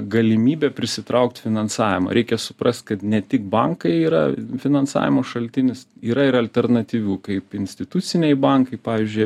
galimybę prisitraukt finansavimą reikia suprasti kad ne tik bankai yra finansavimo šaltinis yra ir alternatyvių kaip instituciniai bankai pavyzdžiui